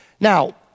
Now